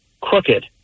crooked